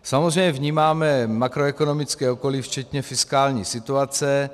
Samozřejmě vnímáme makroekonomické okolí včetně fiskální situace.